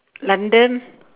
london